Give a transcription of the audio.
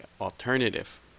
alternative